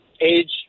age